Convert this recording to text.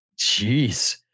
Jeez